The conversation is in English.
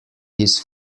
his